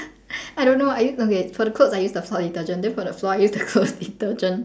I don't know I use okay for the clothes I used the floor detergent then for the floor I used the clothes detergent